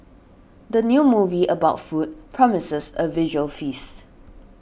the new movie about food promises a visual feast